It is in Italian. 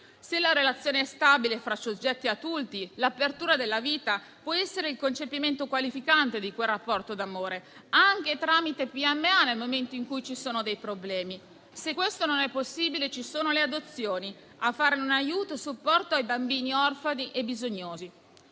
Se la relazione è stabile fra soggetti adulti, l'apertura della vita può essere il concepimento qualificante di quel rapporto d'amore, anche tramite PMA, nel momento in cui ci sono dei problemi. Se questo non è possibile, ci sono le adozioni o forme di aiuto e supporto ai bambini orfani e bisognosi.